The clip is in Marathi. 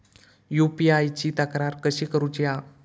यू.पी.आय ची तक्रार कशी करुची हा?